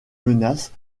menaces